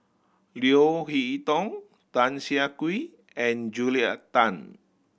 Leo Hee Tong Tan Siah Kwee and Julia Tan